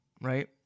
Right